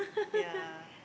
yeah